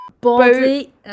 Body